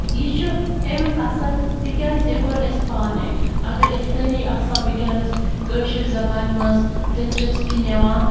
یہِ چھُ اَمیُک اَثَر تِکیٛازِ یہِ کوٚر اَسہِ پانَے اگر أسۍ سٲری آسہو وٕنۍکٮ۪نَس کٲشٕر زَبانہِ مَنٛز دِلچَسپی نِوان